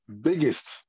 biggest